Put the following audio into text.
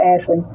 Ashley